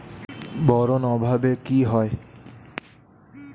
Boron অভাবে কি হয়?